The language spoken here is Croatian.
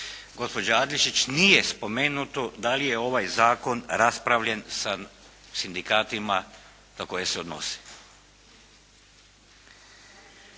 gospođe Adlešič nije spomenuto da li je ovaj zakon raspravljen sa sindikatima na koje se odnosi.